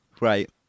Right